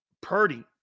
Purdy